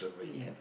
um